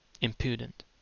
Impudent